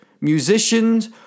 musicians